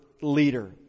leader